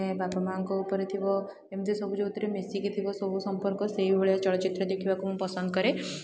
ବାପା ମା'ଙ୍କ ଉପରେ ଥିବ ଏମିତି ସବୁ ଯେଉଁଥିରେ ମିଶିକି ଥିବ ସବୁ ସମ୍ପର୍କ ସେଇ ଭଳିଆ ଚଳଚ୍ଚିତ୍ର ଦେଖିବାକୁ ମୁଁ ପସନ୍ଦ କରେ